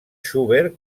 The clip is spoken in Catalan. schubert